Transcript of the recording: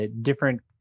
different